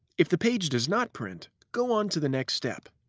if the page does not print, go on to the next step.